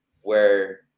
where-